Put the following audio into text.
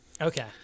Okay